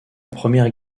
première